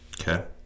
Okay